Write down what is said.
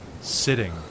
sitting